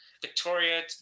Victoria